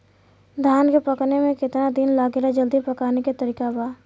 धान के पकने में केतना दिन लागेला जल्दी पकाने के तरीका बा?